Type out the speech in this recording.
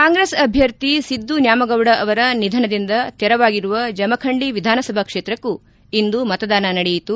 ಕಾಂಗ್ರೆಸ್ ಅಭ್ಯರ್ಥಿ ಸಿದ್ದು ನ್ಯಾಮಗೌಡ ಅವರ ನಿಧನದಿಂದ ತೆರವಾಗಿರುವ ಜಮಖಂಡಿ ವಿಧಾನಸಭಾ ಕ್ಷೇತ್ರಕ್ಕೂ ಇಂದು ಮತದಾನ ನಡೆಯಿತು